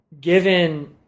given